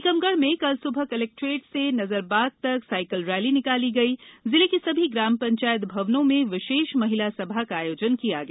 टीकमगढ़ में कल सुबह कलेक्ट्रेट से नजरबाग तक साइकिल रैली निकाली गई जिले की सभी ग्राम पंचायत भवनों में विशेष महिला सभा का आयोजन किया गया